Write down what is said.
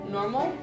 Normal